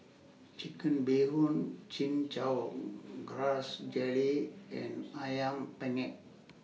Chicken Bee Hoon Chin Chow Grass Jelly and Ayam Penyet